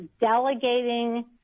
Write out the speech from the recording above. delegating